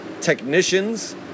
technicians